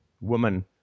woman